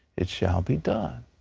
it shall be done.